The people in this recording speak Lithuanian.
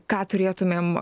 ką turėtumėm